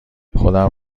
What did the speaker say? خودم